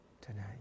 tonight